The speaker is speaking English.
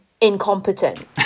incompetent